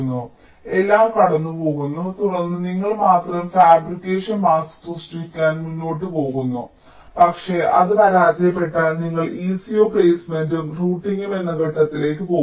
അതിനാൽ എല്ലാം കടന്നുപോകുന്നു തുടർന്ന് നിങ്ങൾ മാത്രം ഫാബ്രിക്കേഷനായി മാസ്ക് സൃഷ്ടിക്കാൻ മുന്നോട്ട് പോകുന്നു പക്ഷേ അത് പരാജയപ്പെട്ടാൽ നിങ്ങൾ ECO പ്ലേസ്മെന്റും റൂട്ടിംഗും എന്ന ഘട്ടത്തിലേക്ക് പോകും